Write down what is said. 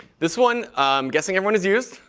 this one, i'm guessing everyone has used.